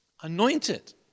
anointed